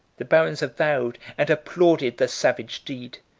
the barons avowed and applauded the savage deed,